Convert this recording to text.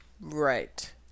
right